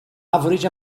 average